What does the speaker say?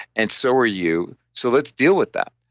and so are you, so let's deal with that.